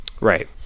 Right